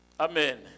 amen